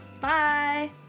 Bye